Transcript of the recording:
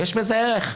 יש בזה ערך.